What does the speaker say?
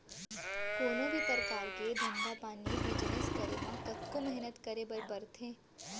कोनों भी परकार के धंधा पानी बिजनेस करे म कतको मेहनत करे बर परथे